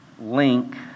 link